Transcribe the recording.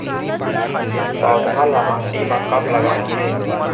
पौधा ला माटी म कब लगाना हे?